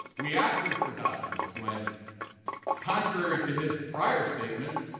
we asked him for documents went contrary to his prior statements,